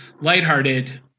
lighthearted